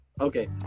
Okay